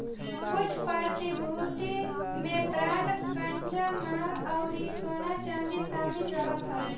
कुछ प्रतिभूति में बांड कच्चा माल अउरी सोना चांदी शामिल रहत हवे